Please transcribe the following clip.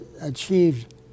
achieved